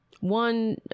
One